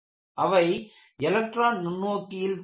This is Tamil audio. அவை எலக்ட்ரான் நுண்ணோக்கியில் தெரியும்